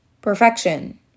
perfection